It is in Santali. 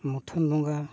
ᱢᱩᱴᱷᱟᱹᱱ ᱵᱚᱸᱜᱟ